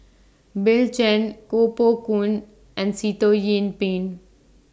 Bill Chen Koh Poh Koon and Sitoh Yih Pin